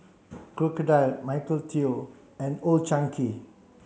Crocodile Michael Trio and Old Chang Kee